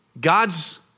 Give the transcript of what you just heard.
God's